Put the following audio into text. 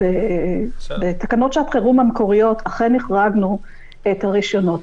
בתקנות שעת החירום המקוריות אכן החרגנו את הרישיונות